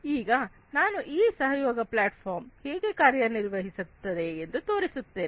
ಈಗ ನಾನು ಈ ಕೊಲ್ಯಾಬೊರೇಟಿವ್ ಪ್ಲಾಟ್ಫಾರ್ಮ್ ಹೇಗೆ ಕಾರ್ಯನಿರ್ವಹಿಸುತ್ತದೆ ಎಂದು ತೋರಿಸುತ್ತೇನೆ